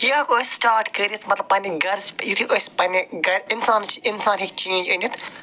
یہِ ہٮ۪کو أسۍ سِٹاٹ کٔرِتھ مطلب پنٕنۍ گَرس یُتھٕے أسۍ پنٛنہِ گَرِ اِنسانس چھِ اِنسان ہیٚکہِ چینٛج أنٕتھ